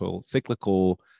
cyclical